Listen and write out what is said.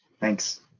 Thanks